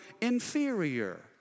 inferior